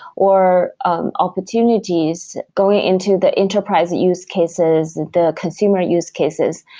or um opportunities going into the enterprise and use cases, the consumer use cases,